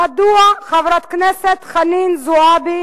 מדוע חברת הכנסת חנין זועבי